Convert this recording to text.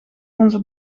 onze